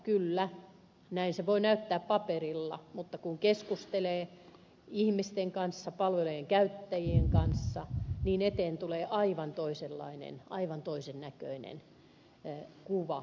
kyllä näin se voi näyttää paperilla mutta kun keskustelee ihmisten kanssa palvelujen käyttäjien kanssa niin eteen tulee aivan toisenlainen aivan toisen näköinen kuva tilanteesta